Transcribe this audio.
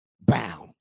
bound